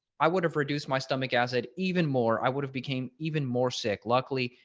i would have reduced my stomach acid even more i would have became even more sick. luckily,